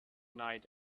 night